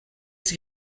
sich